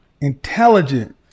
intelligent